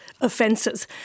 offences